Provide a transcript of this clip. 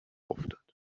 افتاد